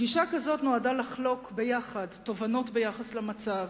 פגישה כזאת נועדה לחלוק ביחד תובנות ביחס למצב,